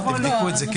תבדקו את זה.